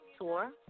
tour